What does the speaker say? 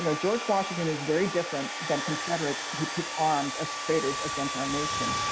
you know george washington is very different than confederates who took arms as traitors against our nation.